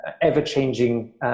ever-changing